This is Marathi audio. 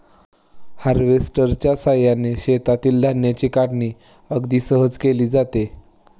हार्वेस्टरच्या साहाय्याने शेतातील धान्याची काढणी अगदी सहज केली जाते